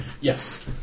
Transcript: Yes